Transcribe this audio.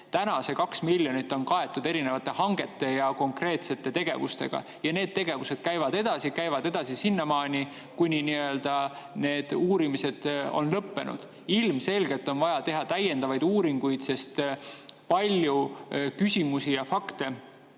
Täna see 2 miljonit on kaetud erinevate hangete ja konkreetsete tegevustega ja need tegevused käivad edasi, käivad edasi sinnamaani, kuni need uurimised on lõppenud. Ilmselgelt on vaja teha täiendavaid uuringuid, sest palju küsimusi ja fakte,